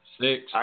Six